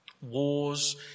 wars